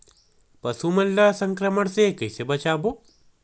पशु मन ला संक्रमण से कइसे बचाबो?